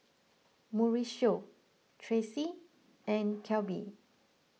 Mauricio Tracy and Kelby